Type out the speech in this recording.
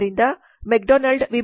ಆದ್ದರಿಂದ ಮೆಕ್ಡೊನಾಲ್ಡ್Mc